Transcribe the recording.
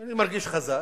אני מרגיש חזק,